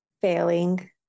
failing